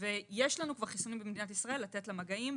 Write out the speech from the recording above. יש לנו כבר חיסונים במדינת ישראל כדי לתת למגעים,